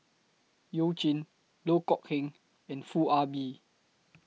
YOU Jin Loh Kok Heng and Foo Ah Bee